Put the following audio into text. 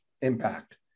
impact